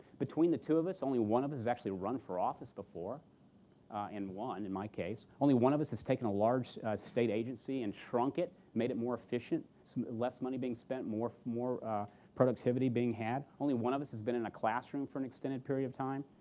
between the two of us, only one of us has actually run for office before and won, in my case. only one of us has taken a large state agency and shrunk it, made it more efficient, less money being spent, more more productivity being had. only one of us has been in a classroom for an extended period of time.